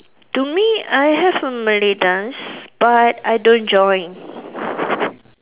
to me I have a Malay dance but I don't join